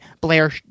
Blair